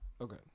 Okay